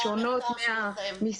-- ורמות הפיקוח השונות מהמשרד,